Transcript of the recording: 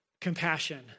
compassion